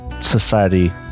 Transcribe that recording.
society